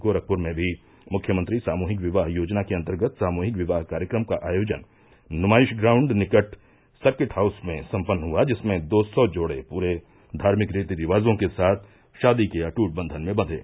गोरखपुर में भी मुख्यमंत्री सामूहिक विवाह योजना के अन्तर्गत के सामूहिक विवाह कार्यक्रम का आयोजन नुमाइश ग्राउण्ड निकट सर्किट हाउस में सम्पन्न हुआ जिसमें दो सौ जोड़ें पूरे धार्मिक रीति रिवाजो के साथ शादी के अट्ट बंधन में बधे